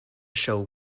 show